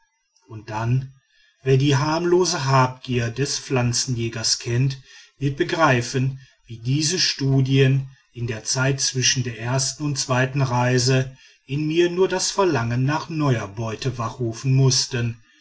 und dann wer die harmlose habgier des pflanzenjägers kennt wird begreifen wie diese studien in der zeit zwischen der ersten und der zweiten reise in mir nur das verlangen nach neuer beute wachrufen mußten